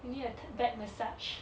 you need a back massage